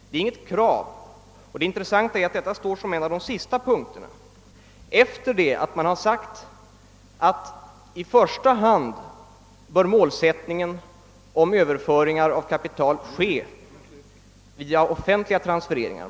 Det är inget krav, och det intressanta är att det står som en av de sista punkterna efter det att man har sagt att målsättningen i fråga om Överförande av kapital i första hand är att det bör göras via offentliga transfereringar.